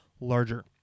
larger